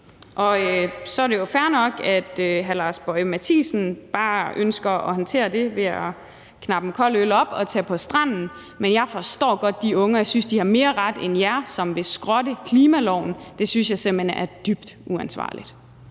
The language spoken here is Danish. Så er det jo fair nok, at hr. Lars Boje Mathiesen bare ønsker at håndtere det ved at knappe en kold øl op og tage på stranden. Men jeg forstår godt de unge, og jeg synes, de har mere ret end jer, som vil skrotte klimaloven. Det synes jeg simpelt hen er dybt uansvarligt.